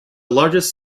largest